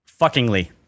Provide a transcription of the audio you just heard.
fuckingly